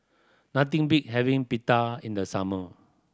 nothing beat having Pita in the summer